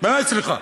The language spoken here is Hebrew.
באמת סליחה,